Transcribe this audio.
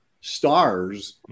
stars